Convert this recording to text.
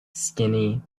skinny